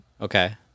Okay